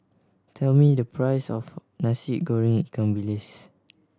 tell me the price of Nasi Goreng ikan bilis